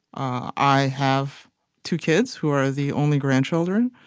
i have two kids who are the only grandchildren,